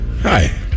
Hi